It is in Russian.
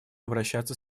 обращаться